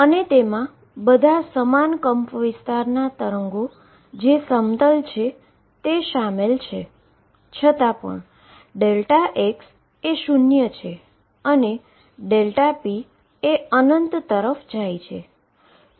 અને તેમાં બધા સમાન એમ્પ્લિટ્યુડના પ્લેન વેવ શામેલ છે છતાં પણ x એ 0 છે અને p એ તરફ જાય છે